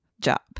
job